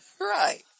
right